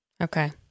Okay